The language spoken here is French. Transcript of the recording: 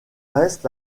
reste